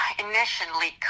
initially